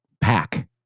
pack